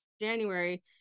January